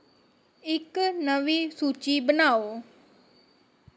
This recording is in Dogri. इक नमीं सूची बनाओ